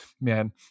man